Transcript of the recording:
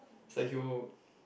like he will